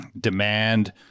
demand